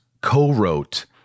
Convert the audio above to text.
co-wrote